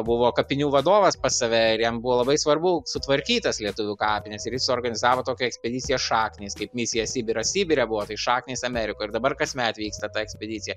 buvo kapinių vadovas pas save ir jam buvo labai svarbu sutvarkyt tas lietuvių kapines ir jis suorganizavo tokią ekspediciją šaknys kaip misija sibiras sibire buvo tai šaknys amerikoje ir dabar kasmet vyksta ta ekspedicija